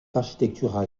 architectural